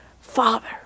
father